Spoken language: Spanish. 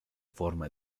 forma